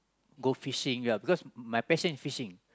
go fishing ya because my passion is fishing